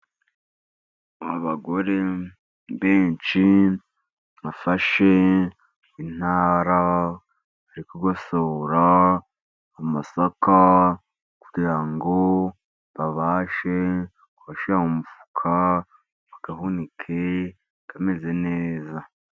Abagore benshi bafashe intara bari kugosora amasaka, kugira ngo babashe kuyashyira mu mufuka bayahunike ameze neza.